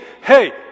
hey